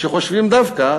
שחושבים דווקא